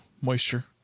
moisture